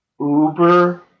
Uber